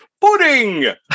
Pudding